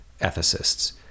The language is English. ethicists